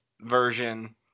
version